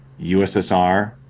USSR